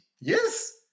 Yes